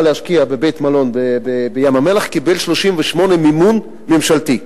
להשקיע בבית-מלון בים-המלח קיבל 38% מימון ממשלתי.